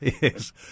Yes